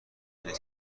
نیست